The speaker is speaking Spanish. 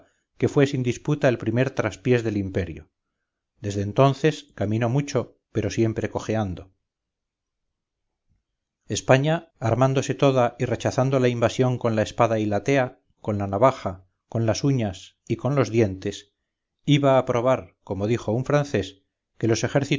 que fue sin disputa el primer traspiés del imperio desde entonces caminó mucho pero siempre cojeando españa armándose toda y rechazando la invasión con la espada y la tea con la navaja con las uñas y con los dientes iba a probar como dijo un francés que los ejércitos